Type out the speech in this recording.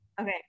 Okay